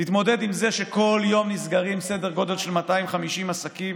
תתמודד עם זה שכל יום נסגרים סדר גודל של 250 עסקים,